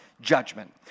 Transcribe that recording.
judgment